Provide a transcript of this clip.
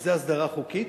וזה הסדרה חוקית,